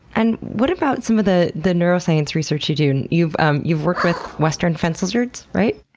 and what about some of the the neuroscience research you do? you've um you've worked with western fence lizards, right?